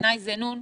בעיני זה לא טוב,